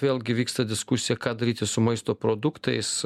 vėlgi vyksta diskusija ką daryti su maisto produktais